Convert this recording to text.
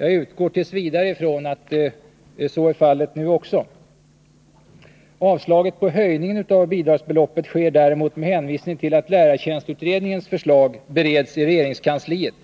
Jag utgår t. v. från att så är fallet också nu. Avstyrkan beträffande höjningen av bidragsbeloppet sker däremot med hänvisning till att lärartjänstutredningens förslag bereds i regeringskansliet.